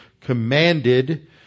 commanded